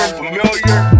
familiar